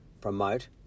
promote